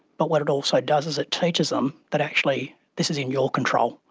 but what it also does is it teaches them that actually this is in your control.